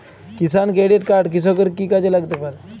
কিষান credit card কৃষকের কি কি কাজে লাগতে পারে?